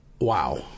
Wow